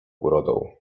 urodą